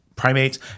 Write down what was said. primates